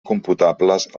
computables